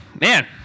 Man